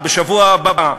בשבוע הבא,